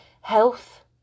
health